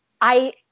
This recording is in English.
I-